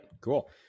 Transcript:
Cool